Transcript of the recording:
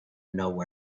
nowhere